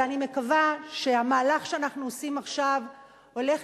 אבל אני מקווה שהמהלך שאנחנו עושים עכשיו יהיה